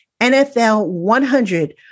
NFL100